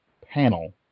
panel